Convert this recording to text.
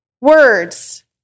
words